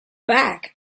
back